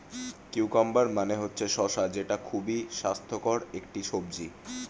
cucumber মানে হচ্ছে শসা যেটা খুবই স্বাস্থ্যকর একটি সবজি